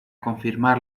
confirmar